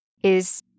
is-